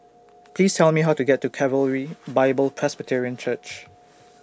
Please Tell Me How to get to Calvary Bible Presbyterian Church